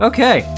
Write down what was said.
Okay